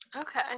Okay